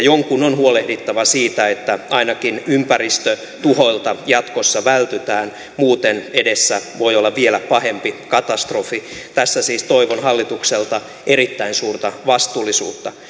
jonkun on huolehdittava siitä että ainakin ympäristötuhoilta jatkossa vältytään muuten edessä voi olla vielä pahempi katastrofi tässä siis toivon hallitukselta erittäin suurta vastuullisuutta